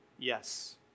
yes